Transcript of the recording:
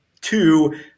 Two